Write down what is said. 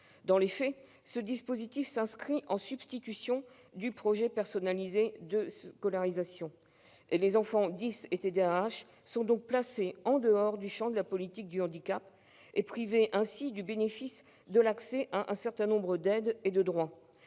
Dans les faits, ce dispositif se substitue à celui du projet personnalisé de scolarisation, ou PPS. Les enfants « dys » et TDAH sont donc placés en dehors du champ de la politique du handicap et privés ainsi du bénéfice de l'accès à un certain nombre d'aides et de droits.